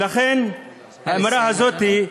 לכן, המציאות הזאת,